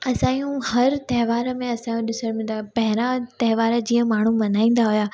असां जूं हर त्योहार में असांजो ॾिसण मिलंदो आहे पहिरां त्योहार जीअं माण्हू मल्हाईंदा हुया